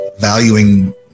valuing